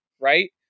right